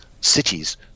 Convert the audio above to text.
cities